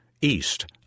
East